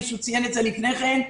מישהו ציין את זה לפני כן,